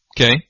Okay